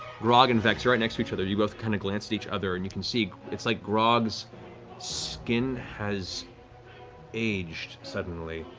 grog and vex, you're right next to each other, you both kind of glance at each other and you can see, it's like grog's skin has aged suddenly.